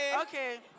Okay